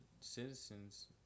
citizens